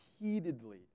repeatedly